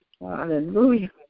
Hallelujah